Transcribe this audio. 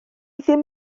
ddim